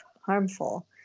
harmful